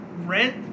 Rent